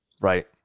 right